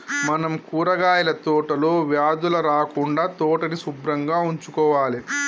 మనం కూరగాయల తోటలో వ్యాధులు రాకుండా తోటని సుభ్రంగా ఉంచుకోవాలి